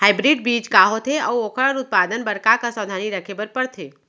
Hybrid बीज का होथे अऊ ओखर उत्पादन बर का का सावधानी रखे बर परथे?